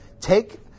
take